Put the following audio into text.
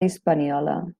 hispaniola